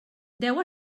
deu